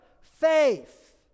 faith